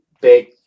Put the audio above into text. big